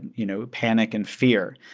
you know, panic and fear.